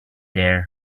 there